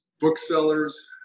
booksellers